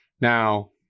Now